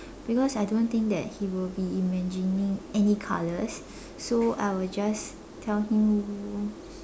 because I don't think that he will be imagining any colors so I will just tell him